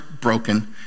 broken